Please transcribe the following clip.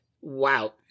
wow